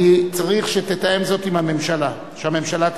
אני צריך שתתאם זאת עם הממשלה, שהממשלה תסכים.